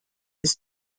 ist